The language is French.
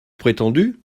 prétendu